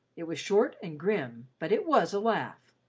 it was short and grim, but it was a laugh.